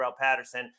Patterson